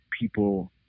people